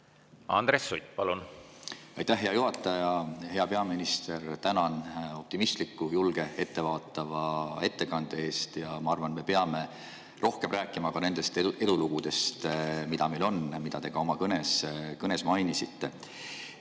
Andres Sutt, palun! Aitäh, hea juhataja! Hea peaminister! Tänan optimistliku, julge, ettevaatava ettekande eest ja ma arvan, et me peame rohkem rääkima ka nendest edulugudest, mida meil on ja mida te ka oma kõnes mainisite.